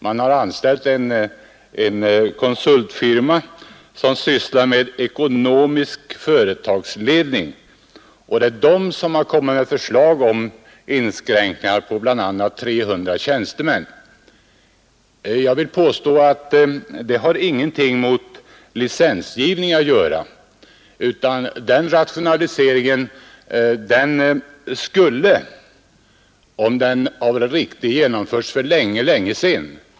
Man har anställt en konsultfirma som sysslar med ekonomisk företagsledning, och det är den som har kommit med förslag om inskränkningar av bl.a. 300 tjänstemän. Det har ingenting med licensgivningen att göra, utan den rationaliseringen skulle — om det hade varit riktigt — ha genomförts för länge sedan.